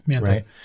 right